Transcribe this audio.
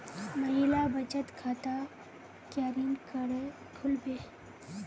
महिला बचत खाता केरीन करें खुलबे